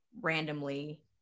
randomly